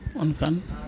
ᱚᱱᱠᱟᱱ